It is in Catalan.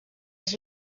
els